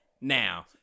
now